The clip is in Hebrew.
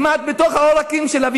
כמעט בתוך העורקים שלה,